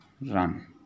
run